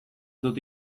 dut